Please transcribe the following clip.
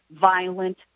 violent